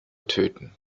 töten